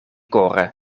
kore